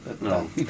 No